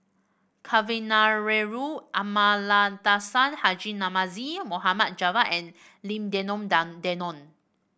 Kavignareru Amallathasan Haji Namazie Mohd Javad and Lim Denon Down Denon